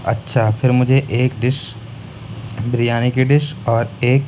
اچّھا پھر مجھے ایک ڈش بریانی کی ڈش اور ایک